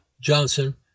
Johnson